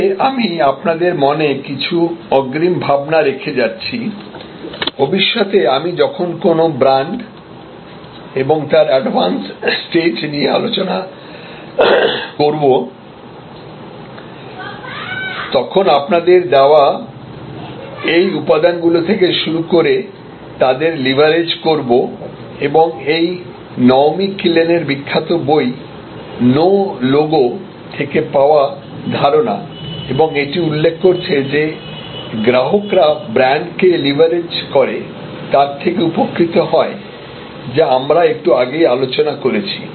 তবে আমি আপনাদের মনে কিছু অগ্রিম ভাবনা রেখে যাচ্ছি ভবিষ্যতে আমি যখন কোন ব্রান্ড এবং তার অ্যাডভান্স স্টেজ নিয়ে আলোচনা করব তখন আপনাদের দেওয়া এই উপাদান গুলো থেকে শুরু করে তাদের লিভারেজ করব এবং এটি নওমী কিলেনের বিখ্যাত বই নো লোগো থেকে পাওয়া ধারণা এবং এটি উল্লেখ করছে যে গ্রাহকরা ব্র্যান্ডকে লিভারেজ করে তার থেকে উপকৃত হয় যা আমরা একটু আগেই আলোচনা করেছি